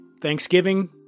Thanksgiving